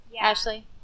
Ashley